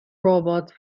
robot